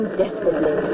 desperately